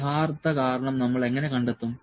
യഥാർത്ഥ കാരണം നമ്മൾ എങ്ങനെ കണ്ടെത്തും